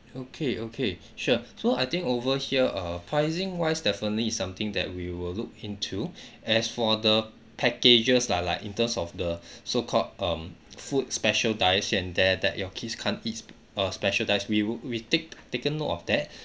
okay okay sure so I think over here err pricing wise definitely is something that we will look into as for the packages lah like in terms of the so called um food special diets here and there that your kids can't eats uh special diets we would we take taken note of that